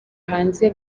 hanze